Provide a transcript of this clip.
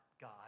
God